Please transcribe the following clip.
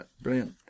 brilliant